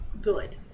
good